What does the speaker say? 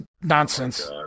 nonsense